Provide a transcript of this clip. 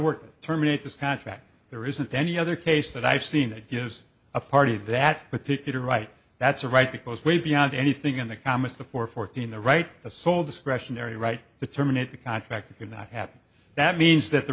will terminate this contract there isn't any other case that i've seen that gives a party that particular right that's a right because way beyond anything in the calmest the four fourteen the right the sole discretionary right to terminate the contract if you're not happy that means that the